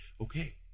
okay